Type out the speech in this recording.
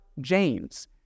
James